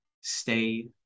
stay